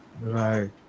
Right